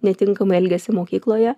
netinkamai elgiasi mokykloje